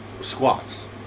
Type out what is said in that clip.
squats